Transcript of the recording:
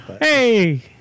Hey